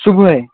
صُبحٲے